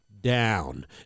down